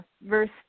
verse